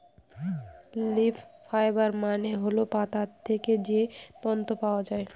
leaf fibre মানে হল পাতা থেকে যে তন্তু পাওয়া যায়